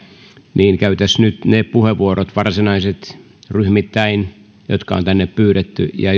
niin käytäisiin nyt ryhmittäin varsinaiset puheenvuorot jotka on tänne pyydetty ja